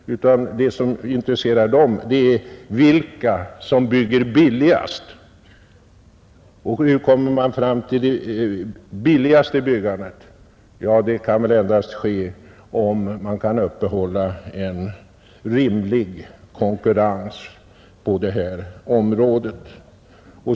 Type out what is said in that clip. Vad som intresserar dem är vilka som bygger billigast. Hur kommer man då fram till det billigaste byggandet? Det kan väl endast ske om man förmår att upprätthålla en rimlig konkurrens på detta område.